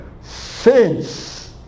saints